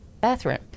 bathroom